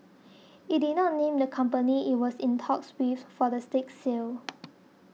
it did not name the company it was in talks with for the stake sale